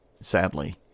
sadly